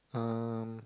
uh